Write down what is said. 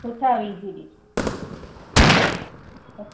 सुठा विझी ॾिजो हा त